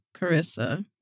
Carissa